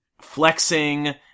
flexing